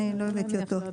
אין, לא הבאתי אותו.